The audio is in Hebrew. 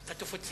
אתה גם תפוצה.